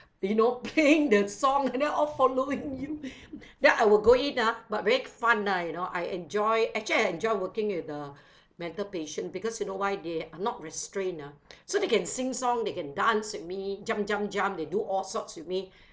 you know playing the song and then all following you then I will go in ah but very fun lah you know I enjoy actually I enjoy working with the mental patient because you know why they are not restrained ah so they can sing songs you can dance with me jump jump jump they do all sorts with me